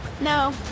no